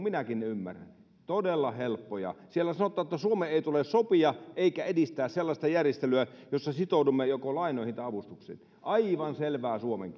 minäkin ne ymmärrän todella helppoja siellä sanotaan että suomen ei tule sopia eikä edistää sellaista järjestelyä jossa sitoudumme joko lainoihin tai avustuksiin aivan selvää suomen